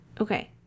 Okay